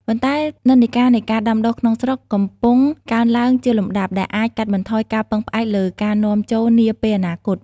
ប៉ុន្តែនិន្នាការនៃការដាំដុះក្នុងស្រុកកំពុងកើនឡើងជាលំដាប់ ដែលអាចកាត់បន្ថយការពឹងផ្អែកលើការនាំចូលនាពេលអនាគត។